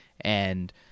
And-